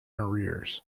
arrears